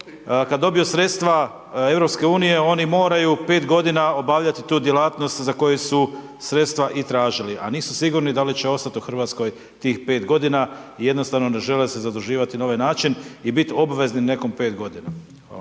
kad dobiju sredstva EU, oni moraju 5 godina obavljati tu djelatnost za koju su sredstva i tražili, a nisu sigurni hoće li ostat u RH tih 5 godina i jednostavno ne žele se zaduživati na ovaj način i bit obvezni nekom 5 godina.